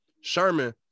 Sherman